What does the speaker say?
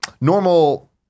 normal